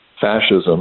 fascism